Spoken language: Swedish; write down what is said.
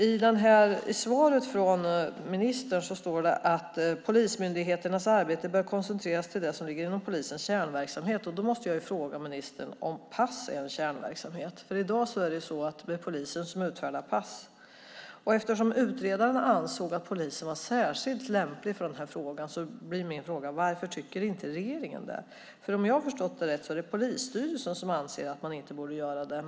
I svaret från ministern står det att polismyndigheternas arbete bör koncentreras till det som ligger inom polisens kärnverksamhet. Då måste jag fråga ministern om pass är en kärnverksamhet, för i dag är det ju polisen som utfärdar pass. Eftersom utredaren ansåg att polisen är särskilt lämplig för den här uppgiften blir min fråga: Varför tycker inte regeringen det? Om jag har förstått det rätt är det polisstyrelsen som anser att man inte bör utfärda ID-kort.